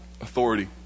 authority